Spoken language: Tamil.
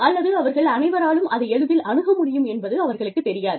அல்லது அவர்கள் அனைவராலும் அதை எளிதில் அணுக முடியும் என்பது அவர்களுக்குத் தெரியாது